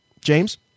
James